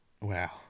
Wow